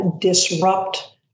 disrupt